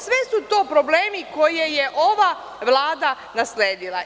Sve su to problemi koje je ova Vlada nasledila.